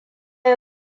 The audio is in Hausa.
ya